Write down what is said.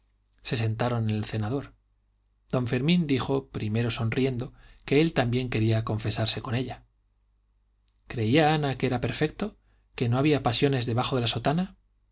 se sentaron en el cenador don fermín dijo primero sonriendo que él también quería confesarse con ella creía ana que era perfecto que no había pasiones debajo de la sotana